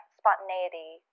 spontaneity